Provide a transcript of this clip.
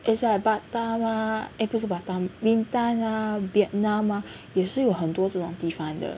is like Batam ah eh 不是 Batam Bintan ah Vietnam ah 也是有很多种地方的